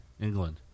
England